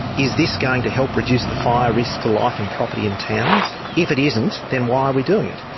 is this going to help reduce the fire risk to life and property in towns? if it isn't, then why are we doing it?